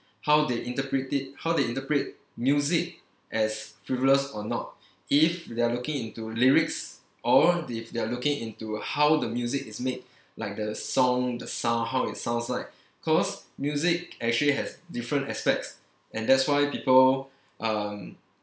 how they interpret it how they interpret music as frivolous or not if they're looking into lyrics or if they're looking into how the music is made like the song the sound how it sounds like cause music actually has different aspects and that's why people um